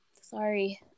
Sorry